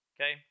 Okay